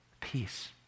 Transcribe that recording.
peace